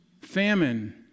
famine